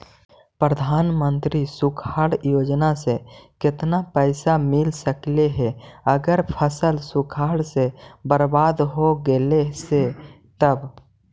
प्रधानमंत्री सुखाड़ योजना से केतना पैसा मिल सकले हे अगर फसल सुखाड़ से बर्बाद हो गेले से तब?